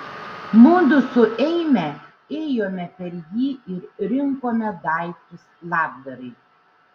mudu su eime ėjome per jį ir rinkome daiktus labdarai